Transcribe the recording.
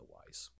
otherwise